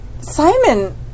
Simon